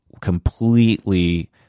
completely